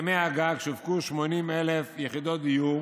17,350 יחידות דיור